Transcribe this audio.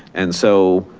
and so